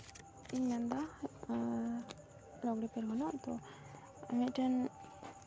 ᱤᱧ ᱢᱮᱱᱫᱟ ᱞᱩᱠᱲᱤᱛᱤᱨ ᱠᱷᱚᱱᱟᱜ ᱛᱚ ᱢᱤᱫᱴᱮᱱ